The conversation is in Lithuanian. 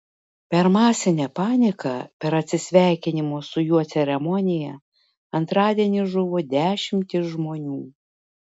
per masinę paniką per atsisveikinimo su juo ceremoniją antradienį žuvo dešimtys žmonių